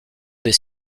des